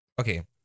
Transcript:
okay